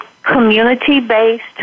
community-based